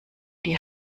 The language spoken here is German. die